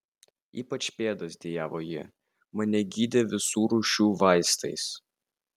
ypač pėdas dejavo ji mane gydė visų rūšių vaistais